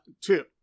two